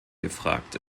gefragt